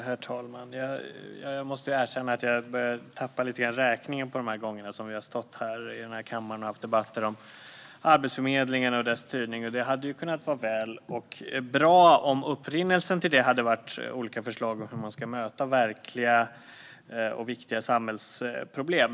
Herr talman! Jag måste erkänna att jag lite grann börjat tappa räkningen på de gånger som vi har stått här i kammaren och haft debatter om Arbetsförmedlingen och dess styrning. Det hade ju kunnat vara väl och bra om upprinnelsen hade varit olika förslag om hur man ska möta verkliga och viktiga samhällsproblem.